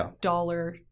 dollar